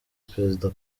perezida